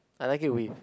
I like it with